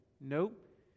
Nope